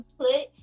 put